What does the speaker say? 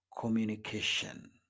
communication